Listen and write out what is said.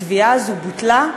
התביעה הזאת בוטלה,